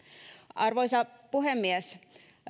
arvoisa puhemies